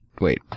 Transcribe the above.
wait